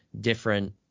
different